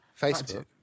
facebook